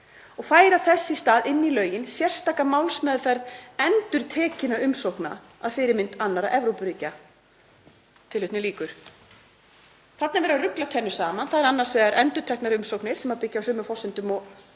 og færa þess í stað inn í lögin sérstaka málsmeðferð endurtekinna umsókna að fyrirmynd annarra Evrópuríkja.“ Þarna er verið að rugla tvennu saman, þ.e. annars vegar endurteknum umsóknum sem byggja á sömu forsendum og